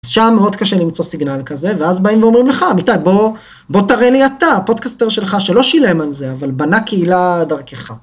אז שם מאוד קשה למצוא סיגנל כזה, ואז באים ואומרים לך, אמיתי, בוא תראה לי אתה, הפודקסטר שלך, שלא שילם על זה, אבל בנה קהילה דרכיך.